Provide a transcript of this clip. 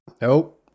Nope